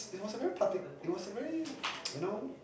it was a very parti~ it was a very you know